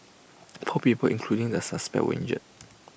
four people including the suspect were injured